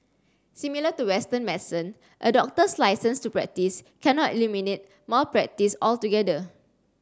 similar to Western medicine a doctor's licence to practise cannot eliminate malpractice altogether